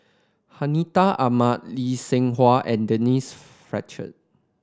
Hartinah Ahmad Lee Seng Huat and Denise Fletcher